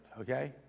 okay